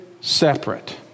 separate